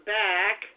back